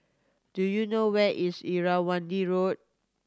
do you know where is Irrawaddy Road